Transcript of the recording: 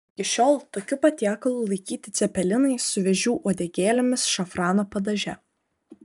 iki šiol tokiu patiekalu laikyti cepelinai su vėžių uodegėlėmis šafrano padaže